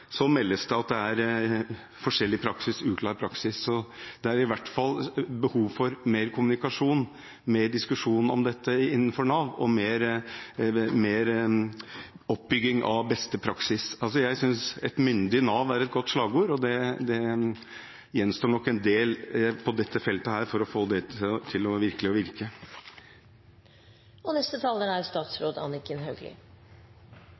så det er i hvert fall behov for mer kommunikasjon, mer diskusjon om dette innenfor Nav og mer oppbygging av beste praksis. Jeg syns et myndig Nav er et godt slagord, og det gjenstår nok en del på dette feltet for å få det til virkelig å virke. Dette er en interessant diskusjon, og det er